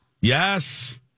Yes